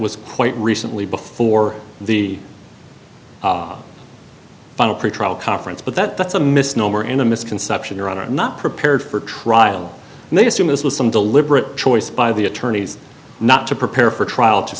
was quite recently before the final pretrial conference but that's a misnomer in a misconception or are not prepared for trial and they assume this was some deliberate choice by the attorneys not to prepare for trial to